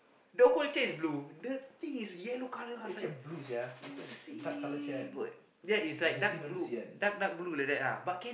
the whole chair is blue the thing is yellow colour I was like pussy bird that is like dark blue dark dark blue like that ah but can